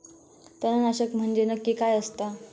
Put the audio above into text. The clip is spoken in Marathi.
तणनाशक म्हंजे नक्की काय असता?